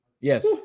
Yes